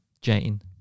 Jane